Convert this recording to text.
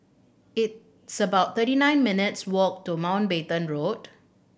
it's about thirty nine minutes' walk to Mountbatten Road